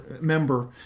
member